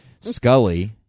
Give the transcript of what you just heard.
Scully